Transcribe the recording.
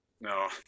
no